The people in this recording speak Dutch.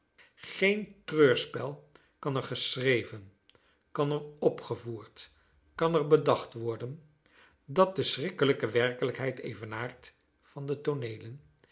geen treurspel kan er geschreven kan er opgevoerd kan er bedacht worden dat de schrikkelijke werkelijkheid evenaart van de